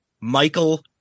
Michael